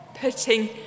putting